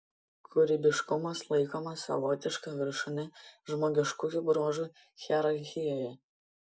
kūrybiškumas laikomas savotiška viršūne žmogiškųjų bruožų hierarchijoje